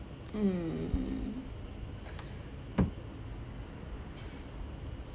mm